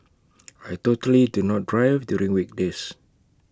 I totally do not drive during weekdays